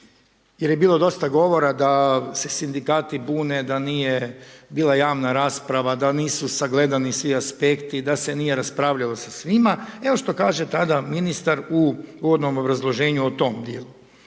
jer je bilo dosta govora da se sindikati bune da nije bila javna rasprava, da nisu sagledani svi aspekti, da se nije raspravljalo sa svima. Evo što kaže tada ministar u uvodnom obrazloženju o tom dijelu.